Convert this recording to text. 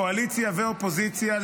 קואליציה ואופוזיציה,